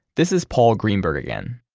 this is paul greenberg again.